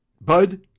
Bud